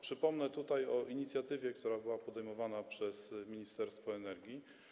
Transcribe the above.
Przypomnę tutaj o inicjatywie, jaka była podejmowana przez Ministerstwo Energii.